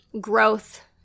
growth